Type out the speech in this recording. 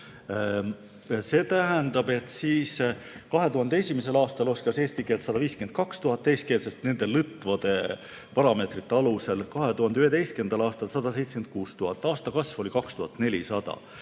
See tähendab, et 2001. aastal oskas eesti keelt 152 000 teiskeelset nende lõtvade parameetrite alusel, 2011. aastal 176 000, aasta kasv oli 2400.